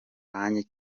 banki